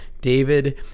David